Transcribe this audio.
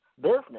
business